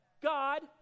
God